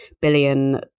billion